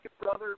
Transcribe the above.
brother